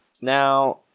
Now